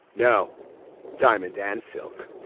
no diamond and silk.